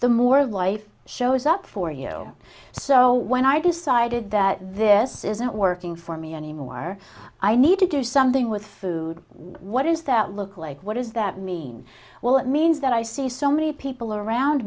the more of life shows up for you so when i decided that this isn't working for me anymore i need to do something with food what does that look like what does that mean well it means that i see so many people around